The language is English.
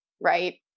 right